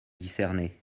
discerner